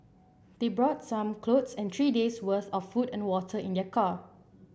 they brought some clothes and three days' worth of food and water in their car